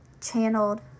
channeled